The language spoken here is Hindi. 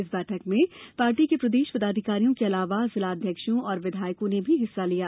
इस बैठक में पार्टी के प्रदेश पदाधिकारियों के अलावा जिला अध्यक्षों और विधायकों ने भी हिस्सा लिया